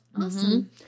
awesome